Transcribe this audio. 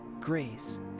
Grace